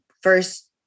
first